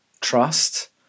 trust